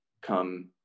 come